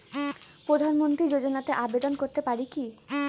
প্রধানমন্ত্রী যোজনাতে আবেদন করতে পারি কি?